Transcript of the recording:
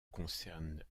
concernent